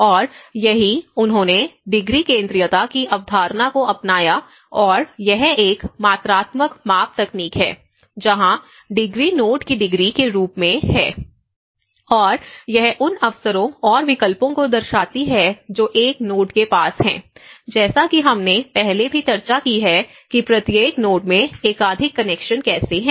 और यहीं उन्होंने डिग्री केंद्रीयता की अवधारणा को अपनाया और यह एक मात्रात्मक माप तकनीक है जहां डिग्री नोड की डिग्री के रूप में है और यह उन अवसरों और विकल्पों को दर्शाती है जो एक नोड के पास हैं जैसा कि हमने पहले भी चर्चा की है कि प्रत्येक नोड में एकाधिक कनेक्शन कैसे है